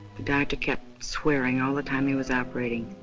the doctor kept swearing all the time he was operating.